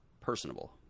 personable